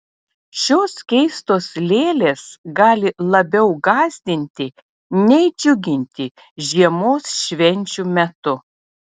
šios keistos lėlės gali labiau gąsdinti nei džiuginti žiemos švenčių metu